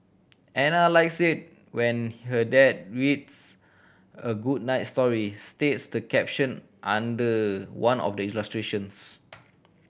Ana likes it when her dad reads a good night story states the caption under one of the illustrations